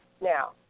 Now